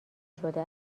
شده